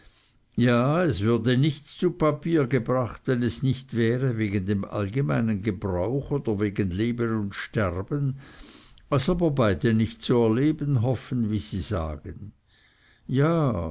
ja es würde nichts zu papier gebracht wenn es nicht wäre wegen dem allgemeinen gebrauch oder wegen leben und sterben was aber beide nicht zu erleben hoffen wie sie sagen ja